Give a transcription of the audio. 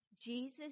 Jesus